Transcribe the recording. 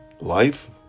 life